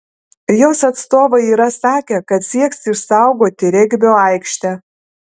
jos atstovai yra sakę kad sieks išsaugoti regbio aikštę